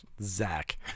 Zach